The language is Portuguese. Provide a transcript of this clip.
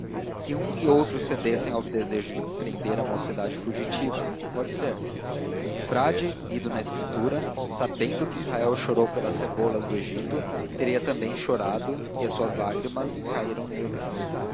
que um e outro cedessem ao desejo de prender a mocidade fugitiva pode ser o frade lido na escritura sabendo que israel chorou pelas cebolas do egito teria também chorado e as suas lágrimas caíram negras